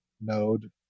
Node